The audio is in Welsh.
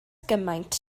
gymaint